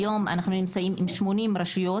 היום אנחנו נמצאים ב-80 רשויות.